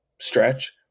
stretch